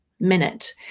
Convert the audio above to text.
minute